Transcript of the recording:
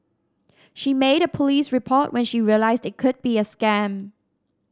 she made a police report when she realised it could be a scam